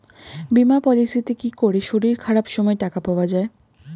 বীমা পলিসিতে কি করে শরীর খারাপ সময় টাকা পাওয়া যায়?